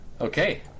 Okay